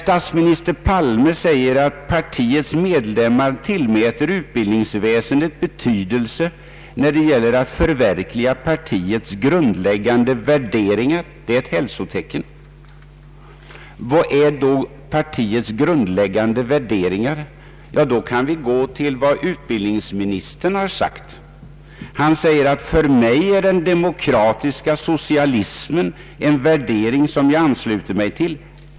Statsminister Palme har också sagt: ”Partiets medlemmar tillmäter utbildningsväsendet betydelse när det gäller att förverkliga partiets grundläggande värderingar. Det är ett hälsotecken.” — Vilka är då partiets grundläggande värderingar? För att få svar på den frågan kan vi gå till vad utbildningsministern sagt: ”För mig är den Om grundskolans målsättning m.m. demokratiska socialismen en värdering som jag anslutit mig till.